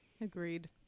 Agreed